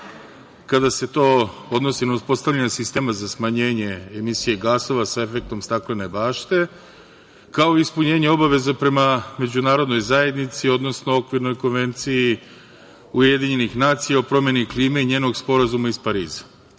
kada se to odnosi na uspostavljanju sistema za smanjenje emisije gasova sa efektom staklene bašte, kao i ispunjenje obaveza prema Međunarodnoj zajednici, odnosno okvirnoj Konvenciji UN o promeni klime i njenog sporazuma iz Pariza. Lično